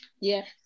Yes